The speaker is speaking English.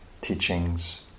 teachings